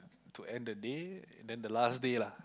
to end the day and then the last day lah